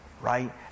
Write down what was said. right